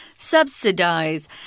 Subsidize